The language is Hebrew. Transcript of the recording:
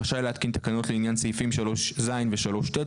רשאי להתקין תקנות לעניין סעיפים 3ז ו-3ט,